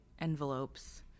envelopes